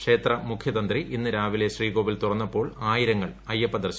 ക്ഷേത്ര മുഖൃതന്ത്രി ഇന്ന് രാവിലെ ശ്രീകോവിൽ തുറന്നപ്പോൾ ആയിരങ്ങൾ അയ്യപ്പ ദർശനം നടത്തി